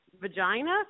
vagina